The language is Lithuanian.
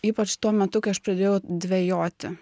ypač tuo metu kai aš pradėjau dvejoti